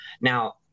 Now